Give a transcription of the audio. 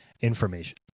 information